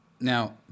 Now